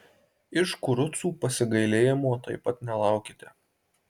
iš kurucų pasigailėjimo taip pat nelaukite